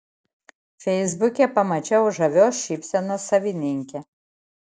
feisbuke pamačiau žavios šypsenos savininkę